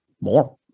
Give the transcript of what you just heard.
more